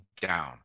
down